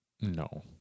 No